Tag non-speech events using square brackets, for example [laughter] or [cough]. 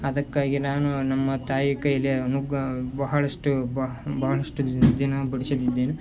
ಅದಕ್ಕಾಗಿ ನಾನು ನಮ್ಮ ತಾಯಿ ಕೈಯಲ್ಲಿ ಮುಗ್ಗ ಬಹಳಷ್ಟು ಬಹ ಬಹಳಷ್ಟು [unintelligible] [unintelligible]